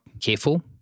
careful